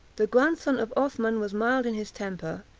the grandson of othman was mild in his temper,